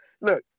look